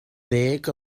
ddeg